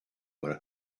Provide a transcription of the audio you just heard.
were